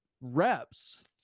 reps